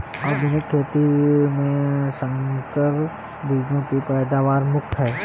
आधुनिक खेती में संकर बीजों की पैदावार मुख्य हैं